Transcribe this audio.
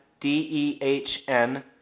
D-E-H-N